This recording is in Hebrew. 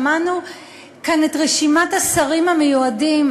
שמענו כאן את רשימת השרים המיועדים.